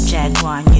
Jaguar